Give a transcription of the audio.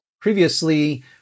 previously